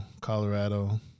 Colorado